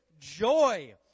joy